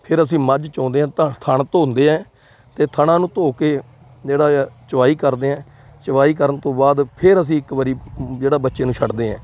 ਫਿਰ ਅਸੀਂ ਮੱਝ ਚੌਂਦੇ ਹਾਂ ਤਾਂ ਥਣ ਧੋਂਦੇ ਹੈ ਅਤੇ ਥਣਾਂ ਨੂੰ ਧੋ ਕੇ ਜਿਹੜਾ ਆ ਚਵਾਈ ਕਰਦੇ ਹਾਂ ਚਵਾਈ ਕਰਨ ਤੋਂ ਬਾਅਦ ਫਿਰ ਅਸੀਂ ਇੱਕ ਵਾਰ ਜਿਹੜਾ ਬੱਚੇ ਨੂੰ ਛੱਡਦੇ ਹਾਂ